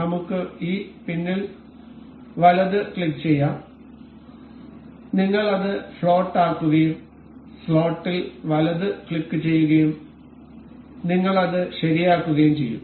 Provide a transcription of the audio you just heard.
നമുക്ക് ഈ പിനിൽ വലത് ക്ലിക്കുചെയ്യാം നിങ്ങൾ അത് ഫ്ലോട്ട് ആക്കുകയും സ്ലോട്ടിൽ വലത് ക്ലിക്കുചെയ്യുകയും നിങ്ങൾ അത് ശരിയാക്കുകയും ചെയ്യും